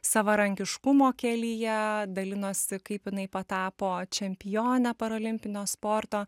savarankiškumo kelyje dalinosi kaip jinai patapo čempione paralimpinio sporto